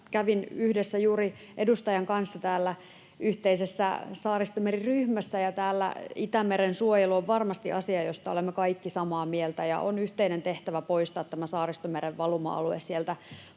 Kävin yhdessä juuri edustajan kanssa täällä yhteisessä Saaristomeri-ryhmässä. Itämeren suojelu on varmasti asia, josta olemme kaikki samaa mieltä, ja on yhteinen tehtävämme poistaa tämä Saaristomeren valuma-alue sieltä